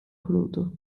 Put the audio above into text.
kuruldu